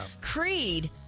Creed